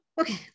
Okay